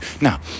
Now